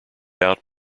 out